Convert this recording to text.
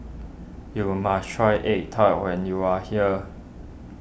you must try Egg Tart when you are here